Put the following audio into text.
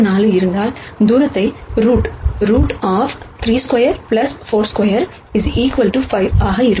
34 இருந்தால் தூரத்தை ரூட் 32 42 5 ஆக இருக்கும்